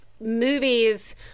movies